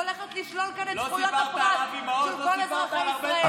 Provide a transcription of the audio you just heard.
שהולכת לשלול כאן את זכויות הפרט של כל אזרחי ישראל,